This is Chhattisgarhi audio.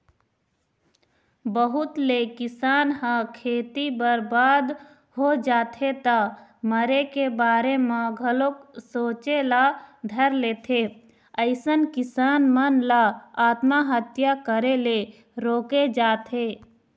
बहुत ले किसान ह खेती बरबाद हो जाथे त मरे के बारे म घलोक सोचे ल धर लेथे अइसन किसान मन ल आत्महत्या करे ले रोके जाथे